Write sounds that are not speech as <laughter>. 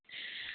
<unintelligible>